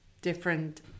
different